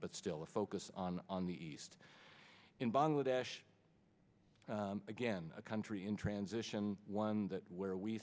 but still a focus on on the east in bangladesh again a country in transition one that where we